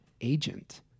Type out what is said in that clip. agent